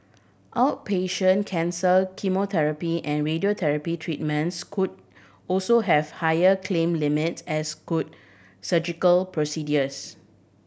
outpatient cancer chemotherapy and radiotherapy treatments could also have higher claim limits as could surgical procedures